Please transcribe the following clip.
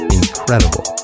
incredible